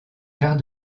quart